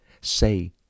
say